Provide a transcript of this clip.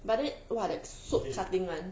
but it what ex soap shutting [one]